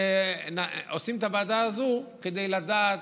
עושים את הוועדה הזאת כדי לדעת.